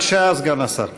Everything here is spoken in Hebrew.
בבקשה, סגן השר.